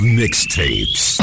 mixtapes